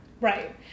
Right